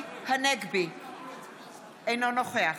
אינו נוכח